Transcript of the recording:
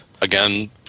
Again